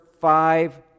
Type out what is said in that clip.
five